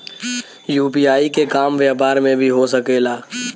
UPI के काम व्यापार में भी हो सके ला?